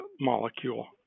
molecule